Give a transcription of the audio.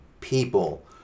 people